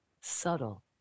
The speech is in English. subtle